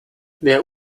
wer